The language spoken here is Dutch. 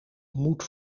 moet